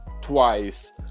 twice